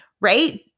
right